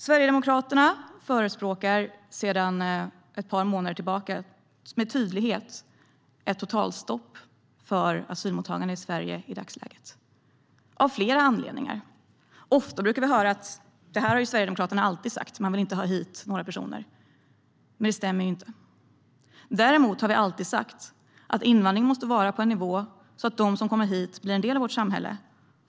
Sverigedemokraterna förespråkar sedan ett par månader tillbaka med tydlighet ett totalstopp för asylmottagande i Sverige i dagsläget, av flera anledningar. Ofta hör vi: Detta har Sverigedemokraterna alltid sagt - de vill inte ha hit några personer. Men det stämmer inte. Däremot har vi alltid sagt att invandringen måste vara på en nivå som gör att de som kommer hit blir en del av vårt samhälle.